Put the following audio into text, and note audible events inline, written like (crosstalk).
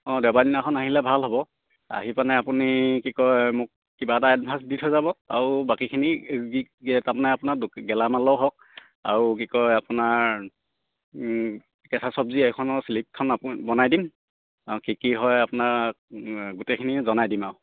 অঁ দেওবাৰ দিনাখন আহিলে ভাল হ'ব আহি পানাই আপুনি কি কয় মোক কিবা এটা এডভা্ঞ্চ দি থৈ যাব আৰু বাকীখিনি (unintelligible) তাৰ মানে আপোনাৰ গেলামালৰ হওক আৰু কি কয় আপোনাৰ কেঁচা চব্জি এইখনৰ শ্লিপখন (unintelligible) বনাই দিম আৰু কি কি হয় আপোনাক গোটেইখিনি জনাই দিম আৰু